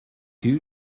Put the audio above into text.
due